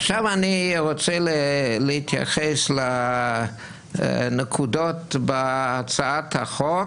עכשיו אני רוצה להתייחס לנקודות בהצעת החוק